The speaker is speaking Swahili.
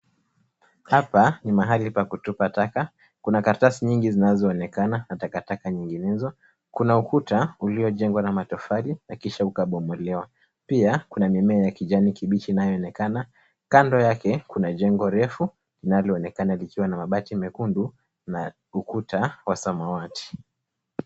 Hapa ni mahali pa kutupa taka, kuna karatasi nyingi zinazoonekana na takataka nyinginezo, kuna ukuta uliojengwa na matofali na kisha ukabomolewa, pia kuna mimea ya kijani kibichi inayoonekana, kando yake kuna jengo refu linaloonekana likiwa na mabati mekundu na ukuta wa samawati.